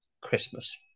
Christmas